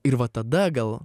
ir va tada gal